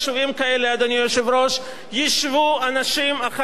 ישבו אנשים אחראיים שיכולים לתרום את תרומתם.